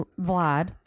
Vlad